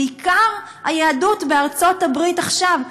ובעיקר היהדות בארצות-הברית עכשיו,